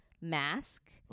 mask